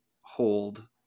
hold